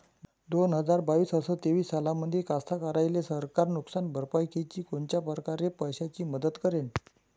दोन हजार बावीस अस तेवीस सालामंदी कास्तकाराइले सरकार नुकसान भरपाईची कोनच्या परकारे पैशाची मदत करेन?